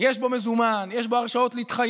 יש בו מזומן, יש בו הרשאות להתחייב,